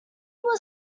was